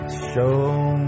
show